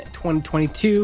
2022